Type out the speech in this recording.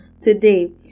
today